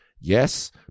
Yes